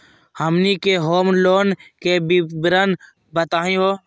हमनी के home loan के विवरण बताही हो?